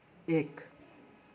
एक